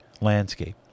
landscape